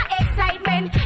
excitement